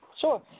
Sure